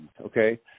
okay